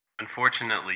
Unfortunately